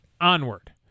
Onward